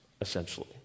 essentially